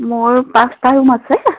মোৰ পাঁচটা ৰুম আছে